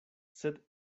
sed